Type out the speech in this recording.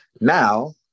Now